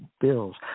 bills